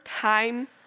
time